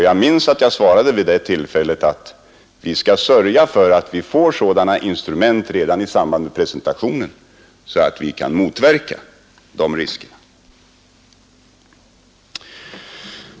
Jag minns att jag svarade vid det tillfället att vi skall sörja för att vi får sådana instrument redan i samband med presentationen att vi kan motverka sådana risker.